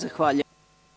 Zahvaljujem.